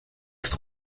ist